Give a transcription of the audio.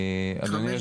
אני אציג